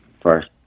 first